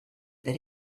that